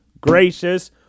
gracious